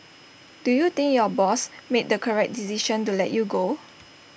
do you think your boss made the correct decision to let you go